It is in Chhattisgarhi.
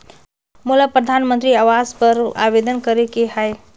मोला परधानमंतरी आवास बर आवेदन करे के हा?